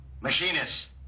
Machinists